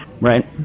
Right